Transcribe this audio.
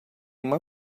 uma